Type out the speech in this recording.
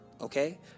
okay